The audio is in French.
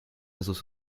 réseaux